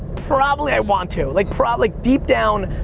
probably i want to, like, probably, deep down,